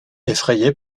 effrayée